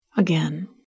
Again